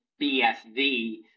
BSV